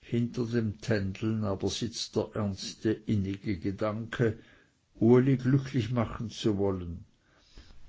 hinter dem tändeln aber sitzt der ernste innige gedanke uli glücklich machen zu wollen